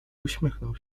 uśmiechnął